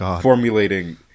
formulating